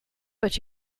but